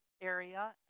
area